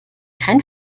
kein